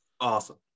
Awesome